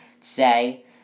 say